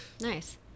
Nice